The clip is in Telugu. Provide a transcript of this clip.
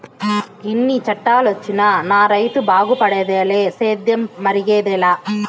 ఎన్ని చట్టాలొచ్చినా నా రైతు బాగుపడేదిలే సేద్యం పెరిగేదెలా